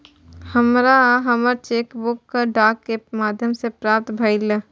हमरा हमर cheque book डाक के माध्यम से प्राप्त भईल